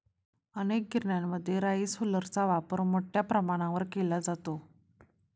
अनेक गिरण्यांमध्ये राईस हुलरचा वापर मोठ्या प्रमाणावर केला जातो